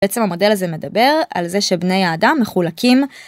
בעצם המודל הזה מדבר על זה שבני האדם מחולקים..